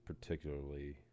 particularly